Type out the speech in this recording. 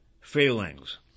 failings